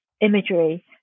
imagery